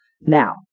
Now